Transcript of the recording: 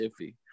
iffy